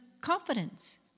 confidence